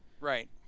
Right